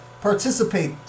participate